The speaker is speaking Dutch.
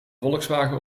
volkswagen